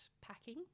packing